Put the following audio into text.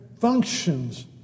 functions